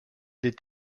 des